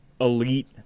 elite